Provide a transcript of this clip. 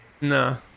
No